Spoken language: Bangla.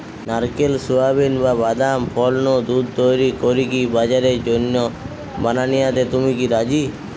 নারকেল, সুয়াবিন, বা বাদাম ফল নু দুধ তইরি করিকি বাজারের জন্য বানানিয়াতে কি তুমি রাজি?